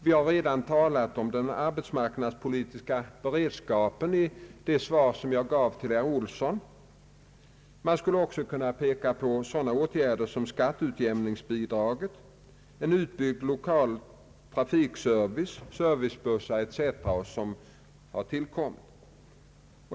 Vi har redan talat om den arbetsmarknadspolitiska beredskapen i det svar som jag gav till herr Olsson. Man skulle också kunna peka på sådana åtgärder som skatteutjämningsbidraget, en utbyggd lokal trafikservice, servicebussar etc. som har tillkommit.